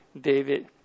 David